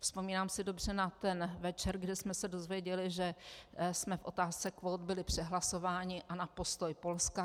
Vzpomínám si dobře na ten večer, kdy jsme se dozvěděli, že jsme v otázce kvót byli přehlasováni, a na postoj Polska.